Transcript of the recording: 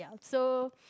so